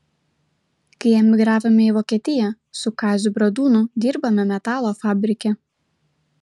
kai emigravome į vokietiją su kaziu bradūnu dirbome metalo fabrike